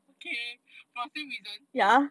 okay for same reason